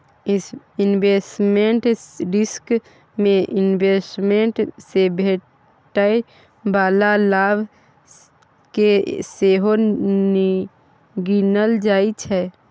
investment risk मे investment सँ भेटै बला लाभ केँ सेहो गिनल जाइ छै